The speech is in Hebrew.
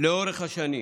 לאורך השנים.